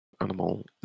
Animal